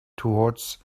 towards